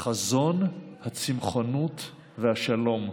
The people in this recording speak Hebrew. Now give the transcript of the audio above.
חזון הצמחונות והשלום.